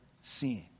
sin